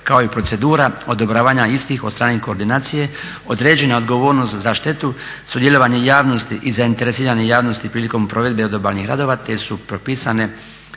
kao i procedura odobravanja istih od strane koordinacije, određena odgovornost za štetu, sudjelovanje javnosti i zainteresirane javnosti prilikom provedbe odobalnih radova, te su propisane